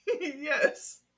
Yes